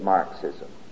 Marxism